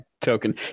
token